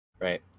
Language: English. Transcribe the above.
right